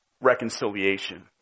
reconciliation